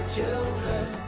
Children